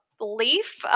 leaf